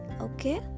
okay